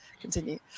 continue